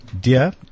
dear